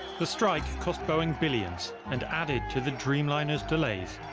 the strike cost boeing billions and added to the dreamliner's delays.